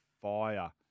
fire